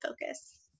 focus